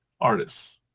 artists